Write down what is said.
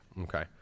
Okay